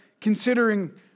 considering